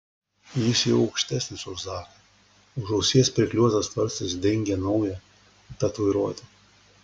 jis jau aukštesnis už zaką už ausies priklijuotas tvarstis dengia naują tatuiruotę